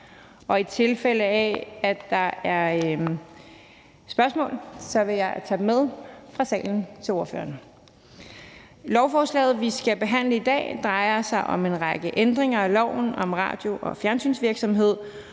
og i tilfælde af at der er spørgsmål fra salen, vil jeg tage det med til ordføreren. Lovforslaget, vi skal behandle i dag, drejer sig om en række ændringer af loven om radio- og fjernsynsvirksomhed